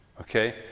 Okay